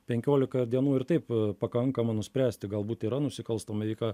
penkiolika dienų ir taip pakankama nuspręsti galbūt yra nusikalstama veika